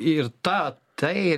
ir tą tai